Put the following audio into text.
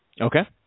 Okay